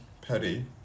petty